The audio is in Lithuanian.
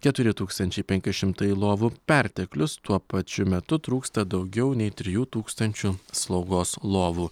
keturi tūkstančiai penki šimtai lovų perteklius tuo pačiu metu trūksta daugiau nei trijų tūkstančių slaugos lovų